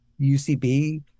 UCB